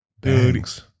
Bangs